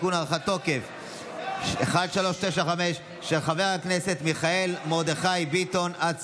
של חבר הכנסת אריה מכלוף דרעי וקבוצת חברי הכנסת.